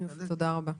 תודה רבה.